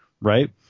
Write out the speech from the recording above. right